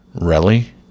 Rally